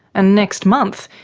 and next month,